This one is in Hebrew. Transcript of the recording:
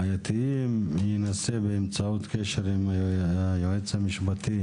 בעייתיים, הוא ינסה באמצעות קשר עם היועץ המשפטי